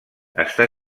està